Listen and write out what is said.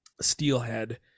steelhead